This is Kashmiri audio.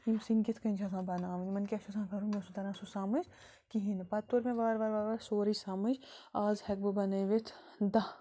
یِم سِنۍ کِتھ کٔنۍ چھِ آسان بناوٕنۍ یِمن کیٛاہ چھُ آسان کَرُن مےٚ اوس نہٕ تَران سُہ سمجھ کِہیٖنۍ نہٕ پتہٕ تور مےٚ وار وار وار سورٕی سمجھ آز ہیٚکہٕ بہٕ بنٲوِتھ دَہ